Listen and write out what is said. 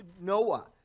Noah